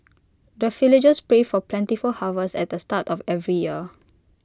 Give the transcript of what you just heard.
the villagers pray for plentiful harvest at the start of every year